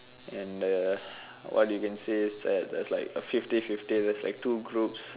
and the what you can say is that there's like a fifty fifty just like two groups